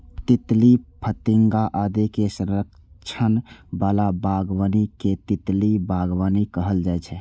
तितली, फतिंगा आदि के संरक्षण बला बागबानी कें तितली बागबानी कहल जाइ छै